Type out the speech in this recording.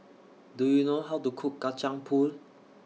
Do YOU know How to Cook Kacang Pool